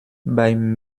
beim